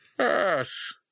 Yes